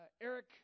Eric